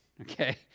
Okay